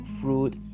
fruit